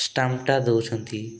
ଷ୍ଟାମ୍ପଟା ଦେଉଛନ୍ତି